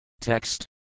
Text